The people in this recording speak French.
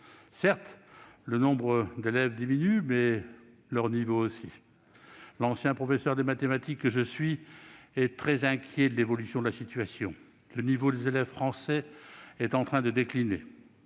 Certes, le nombre d'élèves diminue, mais leur niveau aussi. L'ancien professeur de mathématiques que je suis est très inquiet de l'évolution de la situation. Le niveau des élèves français est en train de décliner.